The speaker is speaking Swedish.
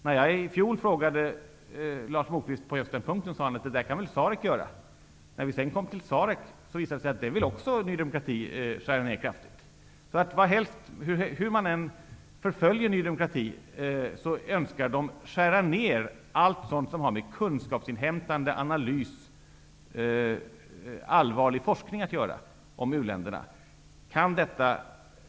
När jag i fjol frågade Lars Moquist om just denna sak, svarade han att SAREC kunde ta över uppgifterna. Sedan visade det sig att Ny demokrati ville skära ner även SAREC kraftigt. Hur man än förföljer Ny demokrati, vill partiet skära ner på allt som har med kunskapsinhämtande, analys och allvarlig forskning beträffande u-länderna att göra.